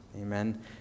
Amen